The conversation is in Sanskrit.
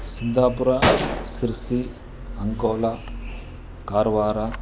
सिद्दापुरा सिर्सि अङ्कोला कार्वारा